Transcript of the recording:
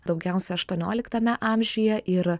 daugiausia aštuonioliktame amžiuje ir